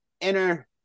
inner